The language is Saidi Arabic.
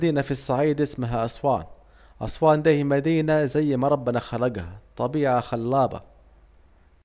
مدينة عندينا في الصعيد اسمها أصوان، أصوان ديه مدينة زي ما ربنا خلجها طبيعة خلابة